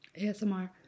ASMR